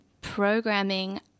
Programming